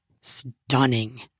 stunning